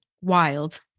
wild